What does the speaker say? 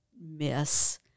miss